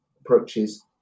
approaches